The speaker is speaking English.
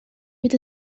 with